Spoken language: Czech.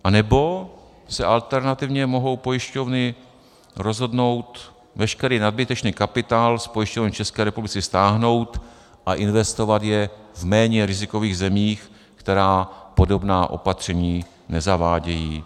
Anebo se alternativně mohou pojišťovny rozhodnout veškerý nadbytečný kapitál z pojišťovny v České republice stáhnout a investovat jej v méně rizikových zemích, které podobná opatření nezavádějí.